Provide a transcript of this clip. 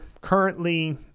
currently